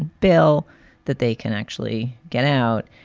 bill that they can actually get out.